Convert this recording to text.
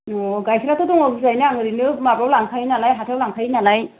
अ गाइखेराथ' दङ बुरजायानो आं ओरैनो माबायाव लांखायो नालाय हाथायाव लांखायो नालाय